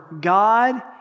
God